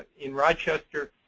in rochester.